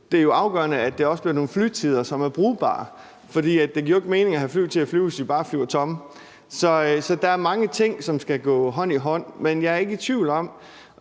Det er afgørende, at det også bliver nogle flytider, som er brugbare. For det giver jo ikke mening at have fly til at flyve, hvis de bare flyver tomme. Så der er mange ting, der skal gå hånd i hånd, men jeg er ikke i tvivl om